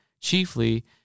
Chiefly